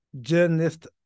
journalist